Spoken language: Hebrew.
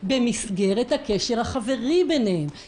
הרי אין פה טענה שזו פעולה מתוכננת שנעשתה כדי לזכות בחסינות.